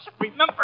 Remember